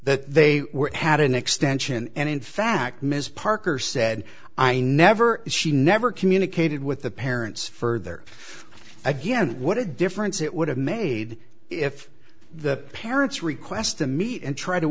that they had an extension and in fact ms parker said i never she never communicated with the parents further again what a difference it would have made if the parents requests to meet and try to